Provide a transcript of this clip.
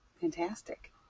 Fantastic